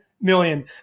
Million